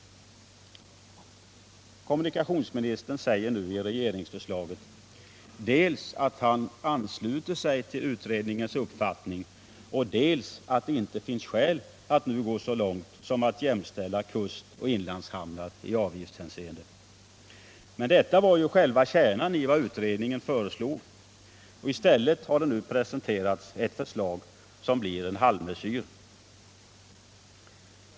Kommunikationsministern säger nu i regeringsförslaget dels att han ansluter sig till utredningens uppfattning, dels att det inte finns skäl att nu gå så långt som att jämställa kustoch inlandshamnar i avgiftshänseende. Men detta var ju själva kärnan i vad utredningen föreslagit. I stället har det nu presenterats ett förslag som blir en halvmesyr.